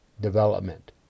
development